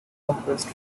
compressed